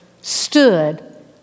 stood